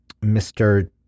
Mr